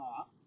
off